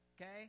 okay